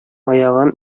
аягын